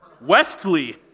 Westley